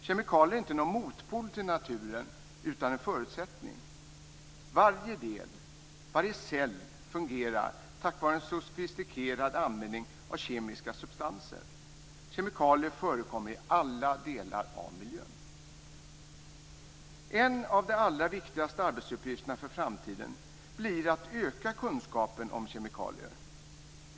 Kemikalier är inte någon motpol till naturen utan en förutsättning. Varje del, varje cell, fungerar tack vare en sofistikerad användning av kemiska substanser. Kemikalier förekommer i alla delar av miljön. En av de allra viktigaste arbetsuppgifterna för framtiden blir att öka kunskapen om kemikalier.